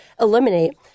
eliminate